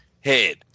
head